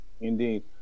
Indeed